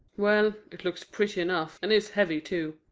well, it looks pretty enough, and is heavy too.